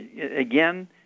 again